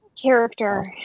Character